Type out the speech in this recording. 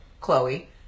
Chloe